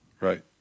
Right